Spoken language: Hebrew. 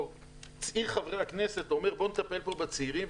צעיר חברי הכנסת אומר: בוא נטפל בצעירים.